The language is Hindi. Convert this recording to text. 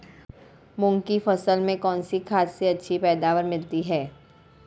मूंग की फसल में कौनसी खाद से अच्छी पैदावार मिलती है?